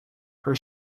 her